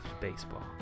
baseball